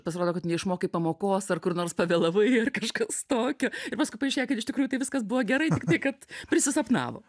pasirodo kad neišmokai pamokos ar kur nors pavėlavai ir kažkas tokio ir paskui paaiškėja kad iš tikrųjų tai viskas buvo gerai tiktai kad prisisapnavo